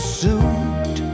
suit